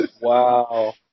Wow